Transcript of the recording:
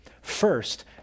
First